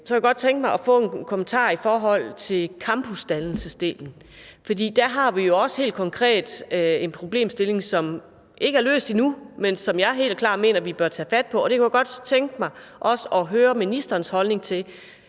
Så kunne jeg godt tænke mig at få en kommentar til campusdannelsesdelen. Der har vi jo også helt konkret en problemstilling, som ikke er løst endnu, men som jeg helt klart mener vi bør tage fat på. Det kunne jeg også godt tænke mig at høre ministerens holdning til.